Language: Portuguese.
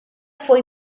foi